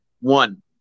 one